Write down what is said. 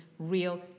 real